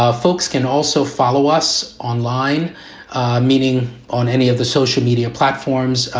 ah folks can also follow us online meeting on any of the social media platforms.